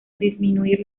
disminuir